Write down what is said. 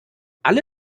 alle